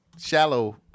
Shallow